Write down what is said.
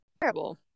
terrible